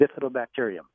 bifidobacterium